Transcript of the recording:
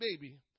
baby